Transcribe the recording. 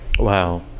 Wow